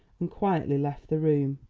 and quietly left the room.